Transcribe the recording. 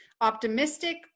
Optimistic